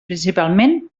principalment